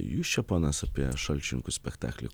jūs čia ponas apie šalčininkus spektaklį